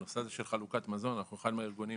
הנושא הזה של חלוקת מזון, אנחנו אחד מהארגונים